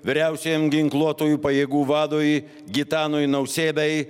vyriausiajam ginkluotųjų pajėgų vadui gitanui nausėdai